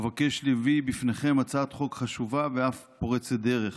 אבקש להביא בפניכם הצעת חוק חשובה ואף פורצת דרך.